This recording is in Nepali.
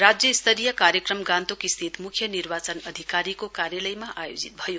राज्य स्तरीय कार्यक्रम गान्तोक स्थित मुख्य निर्वाचन अधिकारीको कार्यालयमा आयोजित भयो